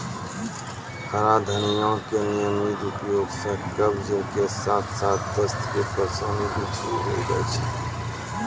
हरा धनिया के नियमित उपयोग सॅ कब्ज के साथॅ साथॅ दस्त के परेशानी भी दूर होय जाय छै